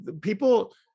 people